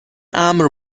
امر